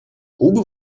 кубы